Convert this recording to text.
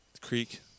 creek